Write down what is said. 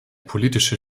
politischer